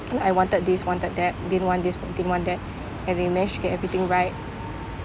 I wanted this wanted that didn't want this didn't want that and they managed to get everything right